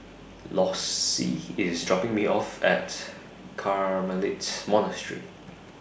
Lossie IS dropping Me off At Carmelite Monastery